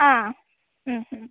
ಹಾಂ ಹ್ಞೂ ಹ್ಞೂ